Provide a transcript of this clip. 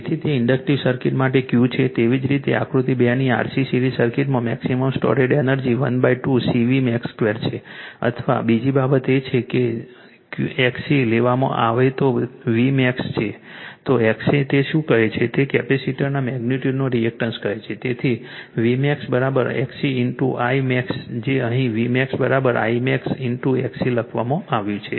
તેથી તે inductive circuit માટે Q છે તેવી જ રીતે આકૃતિ 2 ની RC સિરીઝ સર્કિટમાં maximum stored energy 12 CV max 2 અથવા બીજી બાબત એ છે કે જો XC લેવામાં આવે તો તે Vmax છે તો XC તે શું કહે છે તેને કેપેસિટરના મેગ્નિટ્યુડનો રિએક્ટન્સ કહે છે તેથી Vmax XC ઇન્ટુ Imax જે અહીં Vmax Imax ઇન્ટુ XC લખવામાં આવ્યું છે